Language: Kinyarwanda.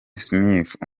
smith